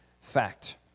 fact